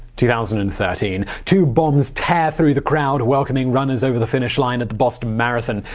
two thousand and thirteen two bombs tear through the crowd welcoming runners over the finish line at the boston marathon.